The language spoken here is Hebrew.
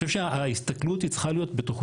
אני חושב שההסתכלות היא צריכה להיות בתוכנית